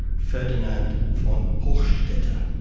ferdinand von hochstetter.